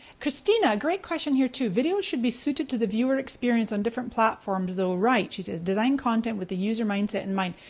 christina, great question here too, video should be suited to the viewer experience on different platforms, though, right? she says, design content with the user mindset in mind.